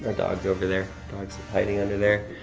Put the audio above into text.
ah dog's over there, dog's hiding under there.